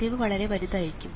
ചെരിവ് വളരെ വലുതായിരിക്കും